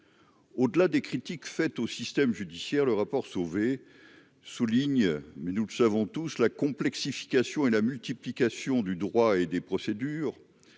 au-delà des critiques faites au système judiciaire le rapport Sauvé souligne mais nous le savons tous la complexification et la multiplication du droit et des procédures,